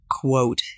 quote